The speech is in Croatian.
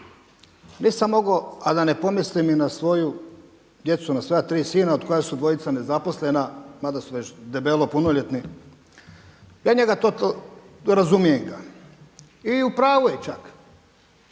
nisam mogao, a da ne pomislim i na svoju djecu, na svoja tri sina od koja su dvojica nezaposlena mada su već debelo punoljetni, ja njega razumijem ga i u pravu je čak.